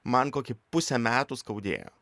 man kokį pusę metų skaudėjo